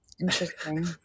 Interesting